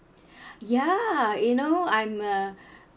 ya you know I'm a